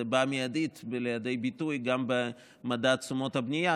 זה בא מיידית לידי ביטוי גם במדד תשומות הבנייה,